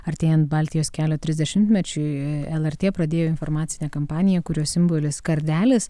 artėjant baltijos kelio trisdešimtmečiui lrt pradėjo informacinę kampaniją kurios simbolis kardelis